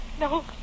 no